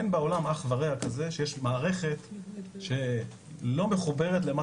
אין בעולם אח ורע כזה שיש מערכת שלא מסתובבת.